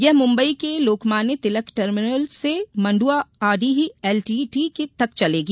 ये मुंबई के लोकमान्य तिलक टर्मिनस से मंडुआडीह एलटीटी तक चलेगी